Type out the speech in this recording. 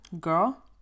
girl